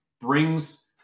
brings